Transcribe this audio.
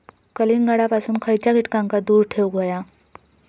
कलिंगडापासून खयच्या कीटकांका दूर ठेवूक व्हया?